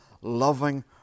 loving